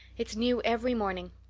it's new every morning,